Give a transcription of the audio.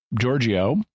Giorgio